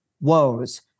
woes